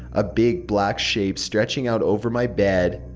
a big, black shape stretching out over my bed.